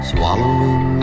Swallowing